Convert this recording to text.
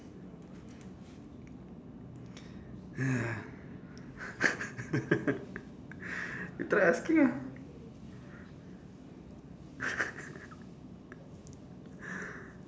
you try asking lah